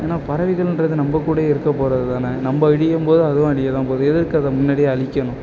ஏன்னால் பறவைகள்ன்றது நம்ம கூடயே இருக்க போறாது தான நம்ப அழியும் போது அதுவும் அழிய தான் போகுது எதுக்கு அதை முன்னாடியே அழிக்கணும்